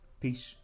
Peace